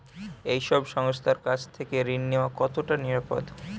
এই সব সংস্থার কাছ থেকে ঋণ নেওয়া কতটা নিরাপদ?